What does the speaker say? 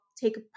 take